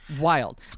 wild